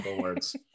words